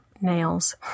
nails